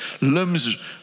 limbs